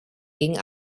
ging